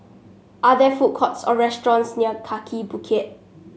are there food courts or restaurants near Kaki Bukit